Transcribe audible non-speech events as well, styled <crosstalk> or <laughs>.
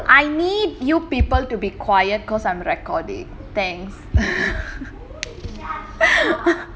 I need you people to be quiet because I'm recording thanks <laughs>